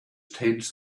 tense